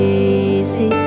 easy